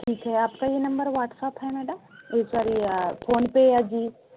ठीक है आपका ये नंबर व्हाट्सएप है मैडम जी सॉरी फ़ोनपे